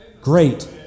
Great